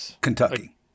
Kentucky